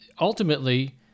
ultimately